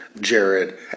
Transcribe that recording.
Jared